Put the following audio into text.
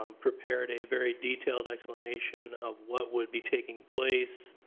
um prepared a very detailed explanation of what would be taking place,